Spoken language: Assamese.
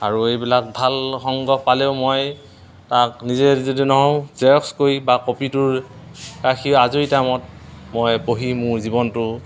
আৰু এইবিলাক ভাল সংগ্ৰহ পালেও মই তাক নিজে যদি নোৱাৰো জেৰক্স কৰি বা কপিটোৰ ৰাখি আজৰি টাইমত মই পঢ়ি মোৰ জীৱনটো